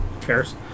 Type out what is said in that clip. Cares